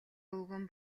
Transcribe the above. өвгөн